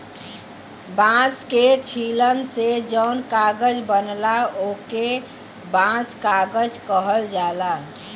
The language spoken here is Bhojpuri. बांस के छीलन से जौन कागज बनला ओके बांस कागज कहल जाला